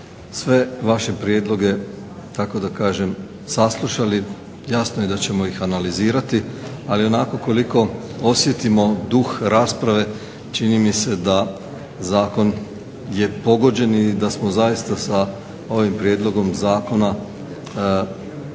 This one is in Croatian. sve vaše prijedloge tako da kažem saslušali. Jasno da ćemo ih analizirati ali onako koliko osjetimo duh rasprave, čini mi se da je zakon pogođen i da smo zaista sa ovim prijedlogom zakona